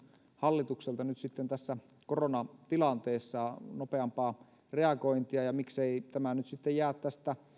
hallitukselta nyt sitten tässä koronatilanteessa nopeampaa reagointia ja miksei tämä nyt sitten jää tästä